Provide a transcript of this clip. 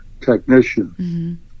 technician